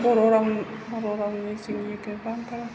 बर' रावनि बर' रावनि जोंनि गोबांथार